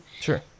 Sure